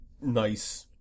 nice